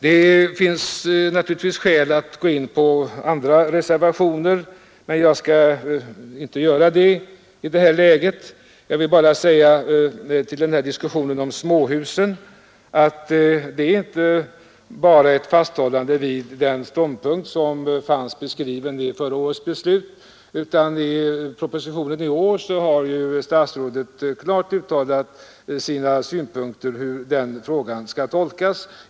Det finns naturligtvis skäl att gå in på även andra reservationer, men jag skall inte göra det i detta läge; jag vill bara i anslutning till diskussionen om småhusen säga att det inte bara är ett fasthållande vid den ståndpunkt som fanns beskriven i förra årets beslut, utan att statsrådet i årets proposition klart har uttalat sina synpunkter på tolkningen.